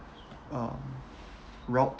um route